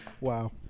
Wow